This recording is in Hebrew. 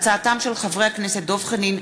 בהצעתם של חברי הכנסת דב חנין,